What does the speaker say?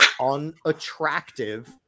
unattractive